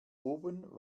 oben